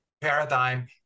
paradigm